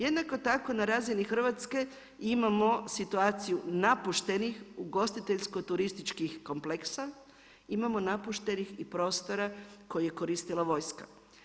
Jednako tako na razini Hrvatske imamo situaciju napuštenih ugostiteljsko turističkih kompleksa, imamo napuštenih i prostora koje je koristila vojska.